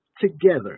together